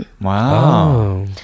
Wow